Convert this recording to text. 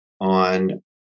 on